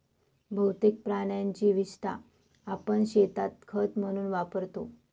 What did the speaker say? बहुतेक प्राण्यांची विस्टा आपण शेतात खत म्हणून वापरतो